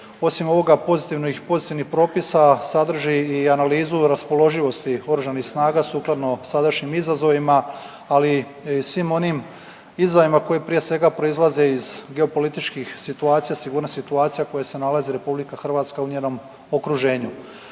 osim ovih pozitivnih propisa sadrži i analizu raspoloživosti Oružanih snaga sukladno sadašnjim izazovima, ali i svim onim izazovima koji prije svega proizlaze iz geopolitičkih situacija, sigurnosnih situacija u kojoj se nalazi Republika Hrvatska u njenom okruženju.